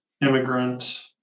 immigrant